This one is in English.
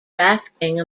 rafting